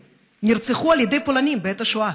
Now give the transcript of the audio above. נרצחו על ידי פולנים בעת השואה.